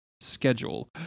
schedule